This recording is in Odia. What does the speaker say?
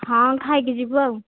ହଁ ଖାଇକି ଯିବୁ ଆଉ